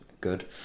good